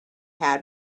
had